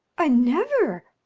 i never!